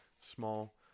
small